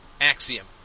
axiom